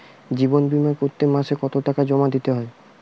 জীবন বিমা করতে মাসে কতো টাকা জমা দিতে হয়?